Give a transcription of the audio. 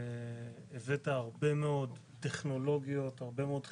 הבאת הרבה מאוד טכנולוגיות, הרבה מאוד חידושים,